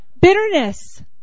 Bitterness